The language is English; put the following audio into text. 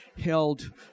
held